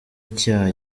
icyaha